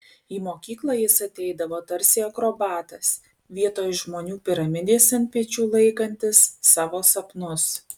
į mokyklą jis ateidavo tarsi akrobatas vietoj žmonių piramidės ant pečių laikantis savo sapnus